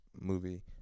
movie